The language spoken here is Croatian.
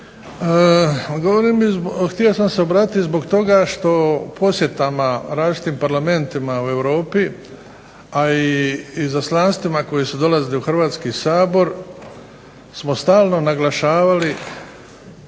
Htio sam se obratiti i zbog toga što posjetama različitim parlamentima u Europi, a i izaslanstvima koja su dolazila u HRvatski sabor smo stalno naglašavali